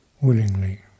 willingly